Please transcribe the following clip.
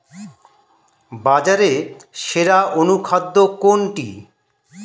বাজারে সেরা অনুখাদ্য কোনটি?